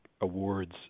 awards